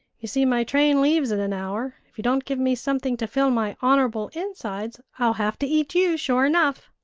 you see, my train leaves in an hour. if you don't give me something to fill my honorable insides, i'll have to eat you, sure enough.